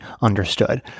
understood